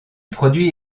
produit